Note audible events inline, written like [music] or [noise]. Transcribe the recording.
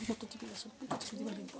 [unintelligible]